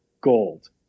gold